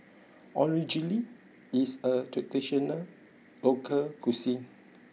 Onigiri is a traditional local cuisine